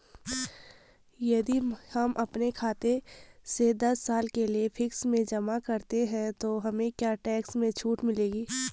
यदि हम अपने खाते से दस साल के लिए फिक्स में जमा करते हैं तो हमें क्या टैक्स में छूट मिलेगी?